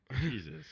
Jesus